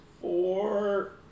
Four